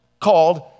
called